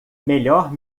melhor